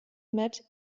matt